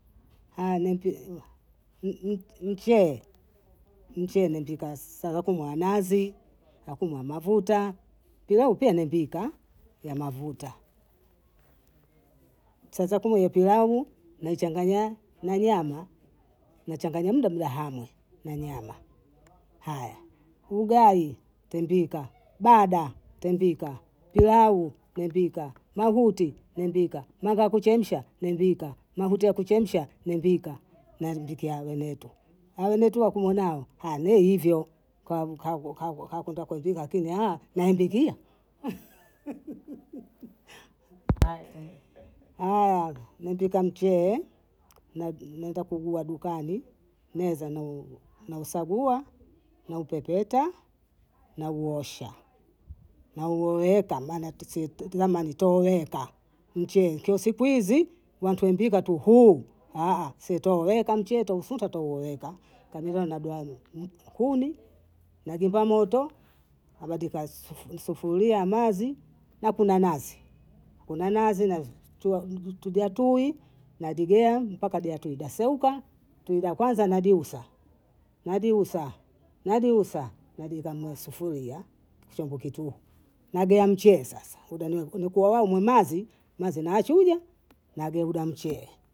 mchee, mchee nimpika salakumu wa nazi. akumu wa mavuta, pilau pia nimpika ya mavuta, sasa kumwe ya pilau naichanganya na nyama, nachanganya mdamla hamwe na nyama, aya ugai tempika, bada tempika, pilau nempika, maguti nempika, nanga wa kuchemsha nempika, mahuti ya kuchemsha nempika, nambikia weneto, aweneto wako mwanao mie hivyo, kakwenda kuenjika kini nampikia. Aya nimpika mchele, naenda kugula dukani, nezano nausagua, naupepeta, nauosha, nauoeka maana tisie tizamani toeweka mchee kini siku hizi wanatuampika tu huu, sie touweka mchee, twausunta twauoeka, kanilana duanimi kumi, nagimba moto, nabandika sufuria amazi, nakuna nazi, nakuna nazi, natua tui, nadibea mpaka biatuda seuka, tui la kwanza najiusa, najiusa, najiusa, najiusa mma sufuria shombo kituhu, nabia mchee sasa, ulikua wao mwimazi, mazi nachuja, nageuda mchee